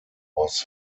was